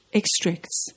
extracts